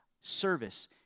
Service